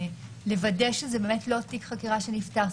לוודא שזה לא תיק חקירה שנפתח,